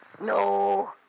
No